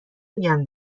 میگم